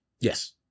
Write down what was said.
yes